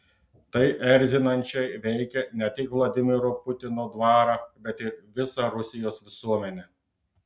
tai erzinančiai veikia ne tik vladimiro putino dvarą bet ir visą rusijos visuomenę